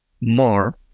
more